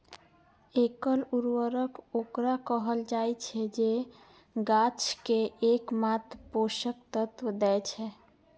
एकल उर्वरक ओकरा कहल जाइ छै, जे गाछ कें एकमात्र पोषक तत्व दै छै